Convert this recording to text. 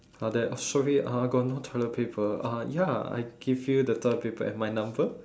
!huh! there I'm sorry I got no toilet paper uh ya I give you the toilet paper and my number